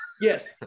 Yes